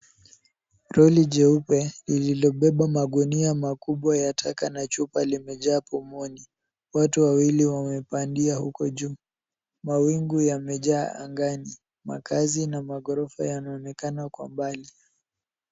Lori jeupe lililobeba magunia makubwa ya taka na chupa limejaa pomoni. Watu wawili wamepandia huko juu. Mawingu yamejaa angani. Makazi na maghorofa yanaonekana kwa mbali.